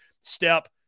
step